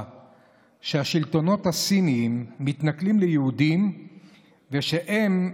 שהשלטונות הסיניים מתנכלים ליהודים ושהם,